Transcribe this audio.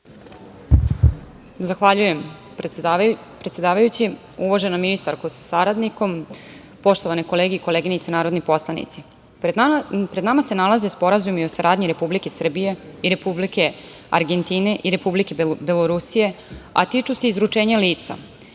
Zahvaljujem predsedavajući. Uvažena ministarko sa saradnikom, poštovane kolege i koleginice narodni poslanici, pred nama se nalaze sporazumi o saradnji Republike Srbije i Republike Argentine i Republike Belorusije, a tiču se izručenja lica.